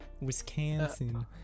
Wisconsin